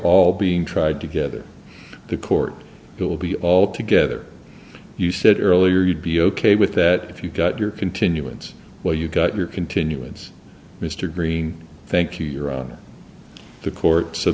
all being tried together the court will be all together you said earlier you'd be ok with that if you got your continuance well you got your continuance mr green thank you you're on the court so